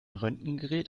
röntgengerät